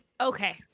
Okay